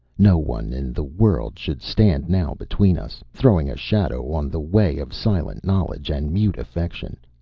no one in the world should stand now between us, throwing a shadow on the way of silent knowledge and mute affection,